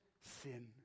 sin